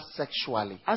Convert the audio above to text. sexually